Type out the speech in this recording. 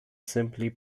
simply